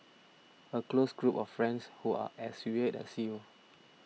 a close group of friends who are as weird as you